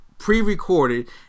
pre-recorded